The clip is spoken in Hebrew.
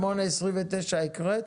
28-29 הקראת?